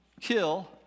kill